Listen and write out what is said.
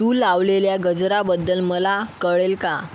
तू लावलेल्या गजराबद्दल मला कळेल का